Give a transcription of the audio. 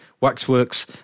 Waxworks